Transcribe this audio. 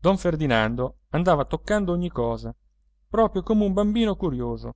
don ferdinando andava toccando ogni cosa proprio come un bambino curioso